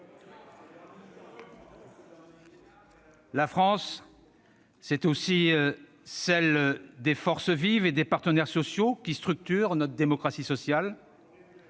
La France, c'est aussi celle des forces vives et des partenaires sociaux qui structurent notre démocratie sociale.